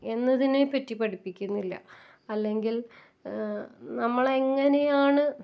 എന്നതിനെ പറ്റി പഠിപ്പിക്കുന്നില്ല അല്ലെങ്കിൽ നമ്മൾ എങ്ങനെയാണ്